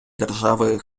держави